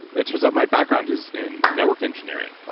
it turns out my background is in network engineering.